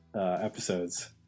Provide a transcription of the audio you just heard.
episodes